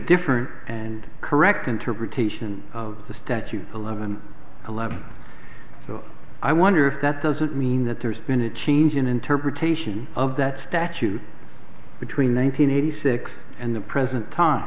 different and correct interpretation of the statute eleven eleven so i wonder if that doesn't mean that there's been a change in interpretation of that statute between one hundred eighty six and the present time